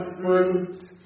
fruit